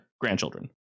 grandchildren